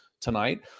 tonight